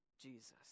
Jesus